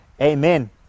Amen